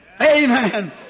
Amen